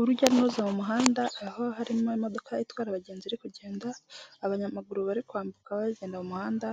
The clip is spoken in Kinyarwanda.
Urujya n'uruza mu muhanda aho harimo imodoka itwara abagenzi iri kugenda, abanyamaguru bari kwambuka bagenda mu muhanda